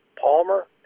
Palmer